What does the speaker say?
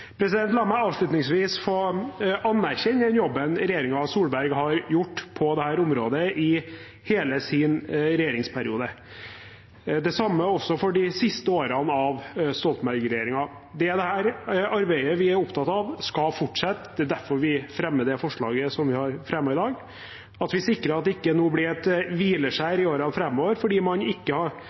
La meg avslutningsvis få anerkjenne den jobben regjeringen Solberg har gjort på dette området i hele sin regjeringsperiode – det samme også for de siste årene med Stoltenberg-regjeringen. Det er dette arbeidet vi er opptatt av skal fortsette, det er derfor vi fremmer det forslaget til vedtak som vi gjør i dag, slik at vi sikrer at det ikke nå blir et hvileskjær i årene framover, fordi man har